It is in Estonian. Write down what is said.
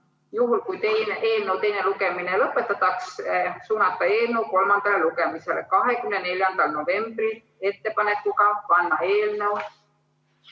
Juhul kui eelnõu teine lugemine lõpetatakse, suunata eelnõu kolmandale lugemisele 24. novembriks ettepanekuga panna eelnõu